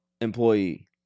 employee